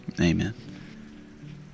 amen